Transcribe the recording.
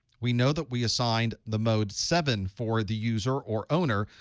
we know that we assigned the mode seven for the user or owner,